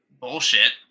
bullshit